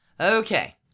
Okay